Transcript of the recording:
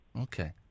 Okay